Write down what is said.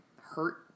hurt